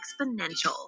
exponential